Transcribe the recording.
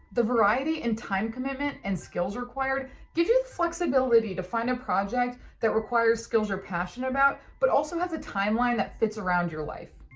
the variety and time commitment and skills required gives you the flexibility to find a project that requires skills you're passionate about but also has a timeline that fits around your life.